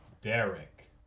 Derek